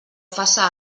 faça